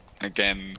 again